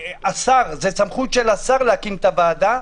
זו סמכות של השר להקים את הוועדה,